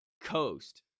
coast